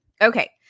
Okay